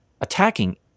attacking